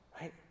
right